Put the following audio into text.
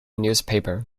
newspaper